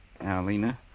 Alina